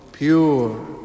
pure